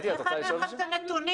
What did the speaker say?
איך אין לך את הנתונים,